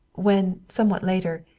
when, somewhat later,